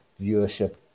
viewership